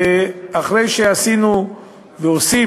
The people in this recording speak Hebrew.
ואחרי שעשינו ועושים,